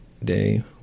day